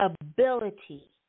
ability